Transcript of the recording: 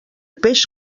peix